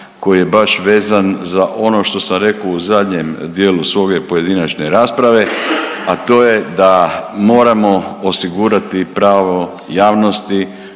koji je baš vezan za ono što sam rekao u zadnjem dijelu svoje pojedinačne rasprave, a to je da moramo osigurati pravo javnosti